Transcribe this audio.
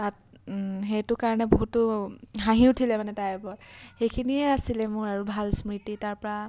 তাত সেইটো কাৰণে বহুতো হাঁহি উঠিলে মানে তাইৰ ওপৰত সেইখিনিয়ে আছিলে মোৰ আৰু ভাল স্মৃতি তাৰপৰা